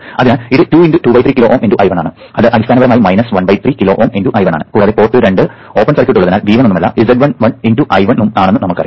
അതിനാൽ ഇത് 2 × 23 kilo Ω × I 1 ആണ് അത് അടിസ്ഥാനപരമായി 13 കിലോ Ω × I1 ആണ് കൂടാതെ പോർട്ട് 2 ഓപ്പൺ സർക്യൂട്ട് ഉള്ളതിനാൽ V1 ഒന്നുമല്ല z11 I1 ഉം ആണെന്ന് നമ്മൾക്കറിയാം